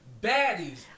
baddies